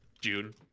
June